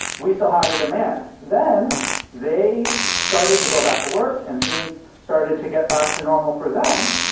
we still had a demand. then they started to go back to work and things started to get back to normal for them.